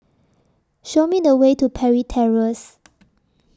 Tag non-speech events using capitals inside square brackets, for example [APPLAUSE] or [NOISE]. Show Me The Way to Parry Terrace [NOISE]